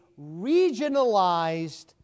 regionalized